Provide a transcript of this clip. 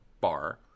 bar